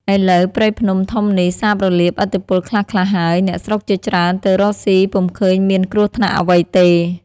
ឥឡូវព្រៃភ្នំធំនេះ សាបរលាបឥទ្ធិពលខ្លះៗហើយ អ្នកស្រុកជាច្រើនទៅរកស៊ីពំុឃើញមានគ្រោះថ្នាក់អ្វីទេ។